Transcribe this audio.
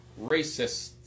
racists